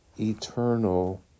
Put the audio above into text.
eternal